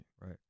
Right